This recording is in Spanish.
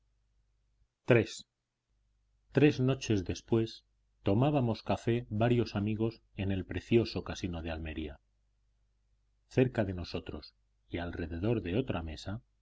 iii tres noches después tomábamos café varios amigos en el precioso casino de almería cerca de nosotros y alrededor de otra mesa